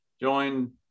Join